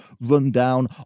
rundown